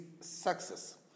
success